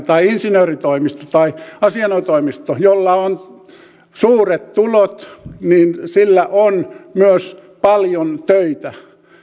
tai insinööritoimistolla tai asianajotoimistolla jolla on suuret tulot on myös paljon töitä